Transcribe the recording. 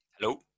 Hello